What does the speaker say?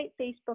Facebook